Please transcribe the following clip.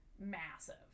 Massive